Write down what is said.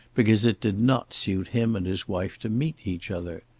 because it did not suit him and his wife to meet each other.